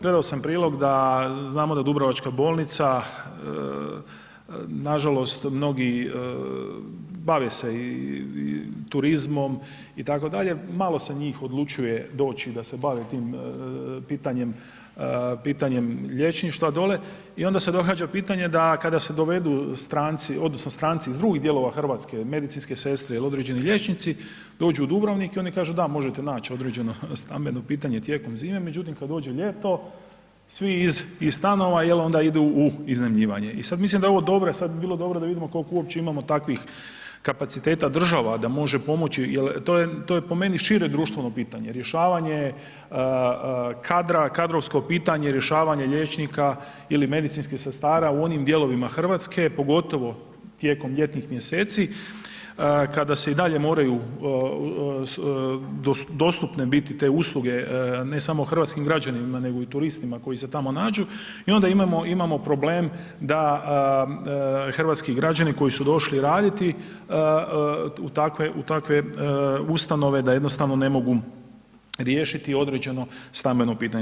Gledao sam prilog, znamo da dubrovačka bolnica nažalost mnogi bave se i turizmom itd. malo se njih odlučuje doći da se bave tim pitanjem, pitanjem lječništva dole i onda se događa pitanje da kada se dovedu stranci odnosno stranci iz drugih dijelova RH, medicinske sestre ili određeni liječnici, dođu u Dubrovnik i oni kažu da možete nać određeno stambeno pitanje tijekom zime, međutim, kad dođe ljeto, svi iz, iz stanova jel onda idu u iznajmljivanje i sad mislim da je ovo dobro, e sad bi bilo dobro da vidimo koliko uopće imamo takvih kapaciteta država da može pomoći jel to je, to je po meni šire društveno pitanje, rješavanje kadra, kadrovsko pitanje, rješavanje liječnika ili medicinskih sestara u onim dijelovima RH, pogotovo tijekom ljetnih mjeseci kada se i dalje moraju dostupne biti te usluge, ne samo hrvatskim građanima, nego i turistima koji se tamo nađu i onda imamo, imamo problem da hrvatski građani koji su došli raditi u takve ustanove da jednostavno ne mogu riješiti određeno stambeno pitanje.